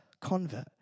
convert